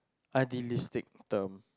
idealistic term